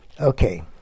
Okay